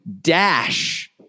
dash